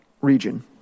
region